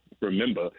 remember